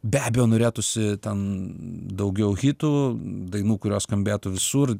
be abejo norėtųsi ten daugiau hitų dainų kurios skambėtų visur